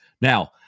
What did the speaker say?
Now